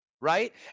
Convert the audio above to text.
right